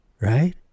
right